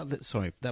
sorry